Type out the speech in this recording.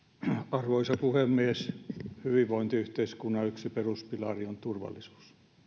arvoisa puhemies hyvinvointiyhteiskunnan yksi peruspilari on turvallisuus